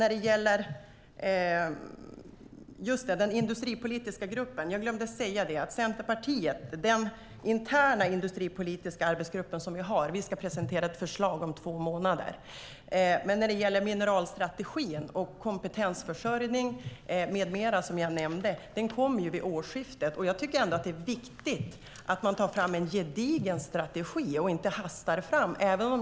Jag glömde att säga att den interna industripolitiska arbetsgrupp som Centerpartiet har ska presentera ett förslag om två månader. När det gäller mineralstrategin, kompetensförsörjningen och annat som jag nämnde kommer det vid årsskiftet. Det är viktigt att ta fram en gedigen strategi och inte hasta fram.